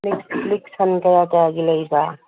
ꯂꯤꯛ ꯁꯟ ꯀꯌꯥ ꯀꯌꯥꯒꯤ ꯂꯩꯔꯤꯕ